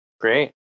Great